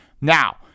Now